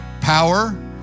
power